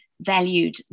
valued